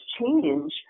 change